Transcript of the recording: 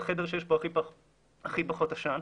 אלא בחדר שיש בו הכי פחות עשן.